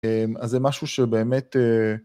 המ... אז זה משהו שבאמת... אה...